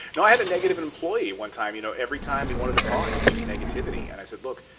no, i had a negative employee one time. you know, every time he wanted to talk, it was just negativity. and i said, look,